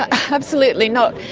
absolutely not.